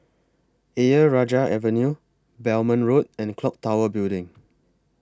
Ayer Rajah Avenue Belmont Road and Clock Tower Building